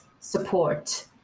support